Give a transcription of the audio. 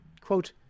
Quote